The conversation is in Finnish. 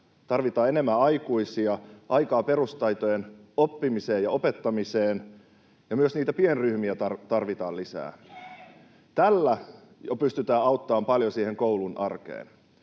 tarvitaan enemmän aikuisia, aikaa perustaitojen oppimiseen ja opettamiseen, ja myös niitä pienryhmiä tarvitaan lisää. Tällä jo pystytään auttamaan paljon sitä koulun arkea.